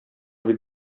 бит